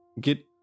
get